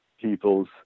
people's